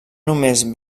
només